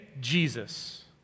Jesus